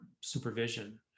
supervision